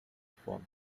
phone